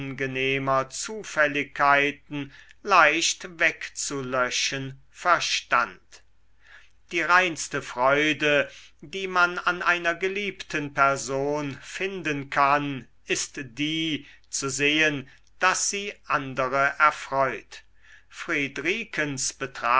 unangenehmer zufälligkeiten leicht wegzulöschen verstand die reinste freude die man an einer geliebten person finden kann ist die zu sehen daß sie andere erfreut